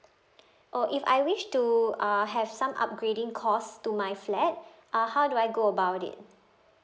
oh if I wish to uh have some upgrading costs to my flat uh how do I go about it